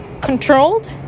controlled